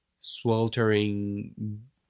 sweltering